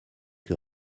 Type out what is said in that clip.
que